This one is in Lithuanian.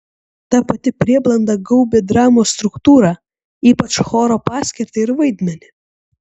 ta pati prieblanda gaubė dramos struktūrą ypač choro paskirtį ir vaidmenį